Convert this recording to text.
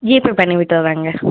GPay பண்ணி விட்டுர்றேங்க